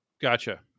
Gotcha